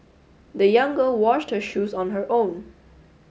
the young girl washed her shoes on her own